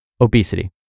Obesity